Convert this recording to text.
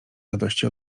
radości